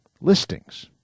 listings